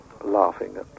laughing